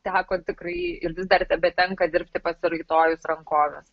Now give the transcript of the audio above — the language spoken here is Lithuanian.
teko tikrai ir vis dar tebetenka dirbti pasiraitojus rankoves